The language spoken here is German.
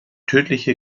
tödliche